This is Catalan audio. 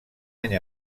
any